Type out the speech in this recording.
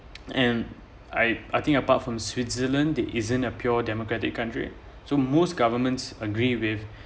and I I think apart from switzerland it isn't a pure democratic country so most governments agree with